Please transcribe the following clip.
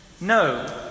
No